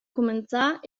cumanzà